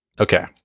Okay